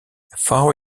four